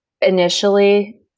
initially